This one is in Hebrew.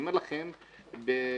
אני אומר לכם בוודאות,